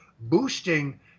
boosting